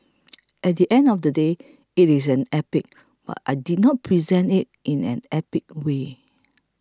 at the end of the day it is an epic but I didn't present it in an epic way